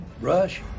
Rush